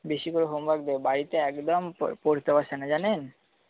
বেশি করে হোমওয়ার্ক দেবেন বাড়িতে একদম পড়তে বসে না জানেন